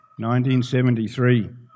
1973